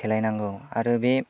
सेलायनांगौ आरो बे